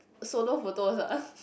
solo photos ah